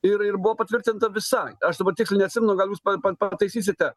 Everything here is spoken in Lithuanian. ir ir buvo patvirtinta visa aš dabar tiksliai neatsimenu gal jūs pa pataisysite